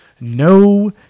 no